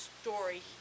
story